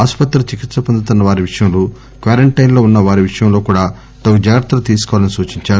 ఆసుపత్రిలో చికిత్ప పొందుతున్న వారి విషయంలో క్వారంటైస్ లో ఉన్న వారి విషయంలో కూడా తగు జాగ్రత్తలు తీసుకోవాలని సూచించారు